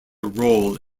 role